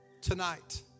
Tonight